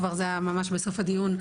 כבר זה היה ממש בסוף הדיון,